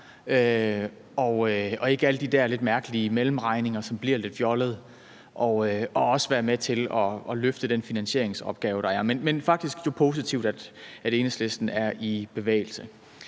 og ikke lave alle de der lidt mærkelige mellemregninger, som bliver lidt fjollede, og også være med til at løfte den finansieringsopgave, der er. Men faktisk er det jo positivt, at Enhedslisten er i bevægelse.